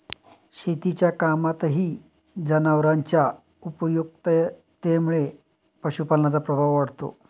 शेतीच्या कामातही जनावरांच्या उपयुक्ततेमुळे पशुपालनाचा प्रभाव वाढतो